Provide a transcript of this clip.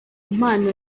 impano